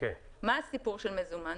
מה הסיפור של מזומן?